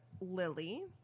Lily